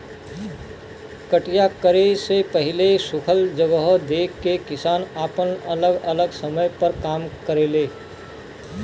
कटिया करे से पहिले सुखल जगह देख के किसान आपन अलग अलग समय पर काम करेले